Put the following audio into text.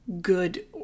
good